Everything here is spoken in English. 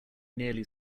nearly